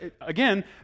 again